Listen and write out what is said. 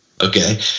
Okay